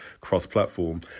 cross-platform